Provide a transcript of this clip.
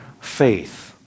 faith